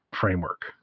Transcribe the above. framework